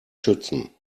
schützen